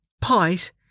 Pies